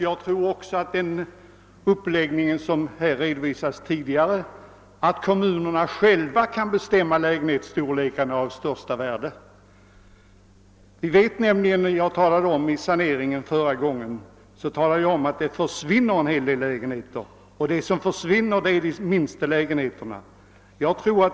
Jag tror också att den uppläggning som redovisats här tidigare, att kommunerna själva kan bestämma lägenhetsstorlekarna, är av största värde. När vi senast diskuterade frågan om saneringen framhöll jag att det vid saneringen försvinner en hel del lägenheter, och de som försvinner är de minsta lägenheterna.